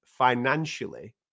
Financially